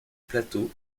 plateau